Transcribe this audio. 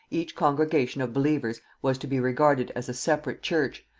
each congregation of believers was to be regarded as a separate church,